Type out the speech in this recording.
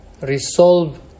Resolve